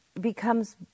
becomes